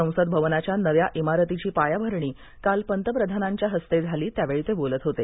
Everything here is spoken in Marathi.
संसद भवनाच्या नव्या इमारतीची पायाभरणी काल पंतप्रधानांच्या हस्ते झाली त्यावेळी ते बोलत होते